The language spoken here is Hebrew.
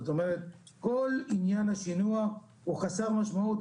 כל עניין השינוע הוא חסר משמעות.